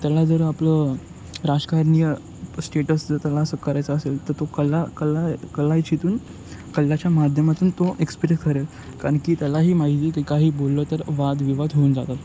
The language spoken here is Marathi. त्याला जर आपलं राजकारणीय स्टेटस त्याला असं करायचा असेल तर तो कला कला कला हीच्यातून कलाच्या माध्यमातून तो एक्सप्रेस करेल कारण की त्यालाही माहिती ते काही बोललो तर वाद विवाद होऊन जातात